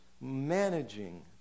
managing